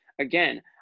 Again